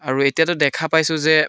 আৰু এতিয়াতো দেখা পাইছোঁ যে